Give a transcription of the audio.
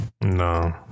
No